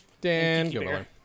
dan